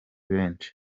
benshi